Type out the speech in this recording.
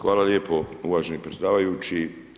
Hvala lijepo uvaženi predsjedavajući.